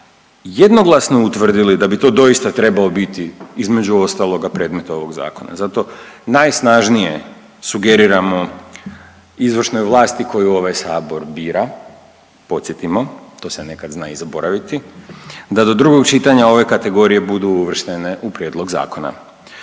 jednoglasno utvrdili da bi to doista trebalo biti između ostaloga, predmet ovog Zakona, zato najsnažnije sugeriramo izvršnoj vlasti koju ovaj Sabor bila, podsjetimo, to se nekad zna i zaboraviti, da do drugog čitanja ove kategorije budu uvrštene u prijedlog zakona.